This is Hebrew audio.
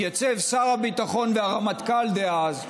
התייצבו שר הביטחון והרמטכ"ל דאז ואמרו,